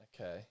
Okay